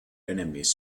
enemies